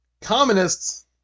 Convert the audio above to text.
communists